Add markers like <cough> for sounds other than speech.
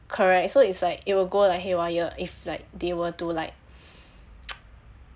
correct so it's like it will go like haywire if like they were to like <breath> <noise>